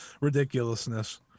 ridiculousness